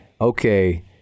okay